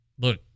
look